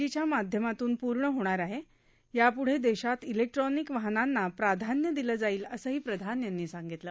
जी च्या माध्यमातून पूर्ण होणार आहे यापुढे देशात इलेक्ट्रॉनिक वाहनांना प्राधान्य दिलं जाईल असंही प्रधान यांनी सांगितलं